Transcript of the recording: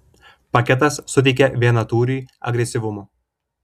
paketas suteikia vienatūriui agresyvumo